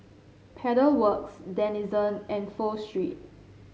Pedal Works Denizen and Pho Street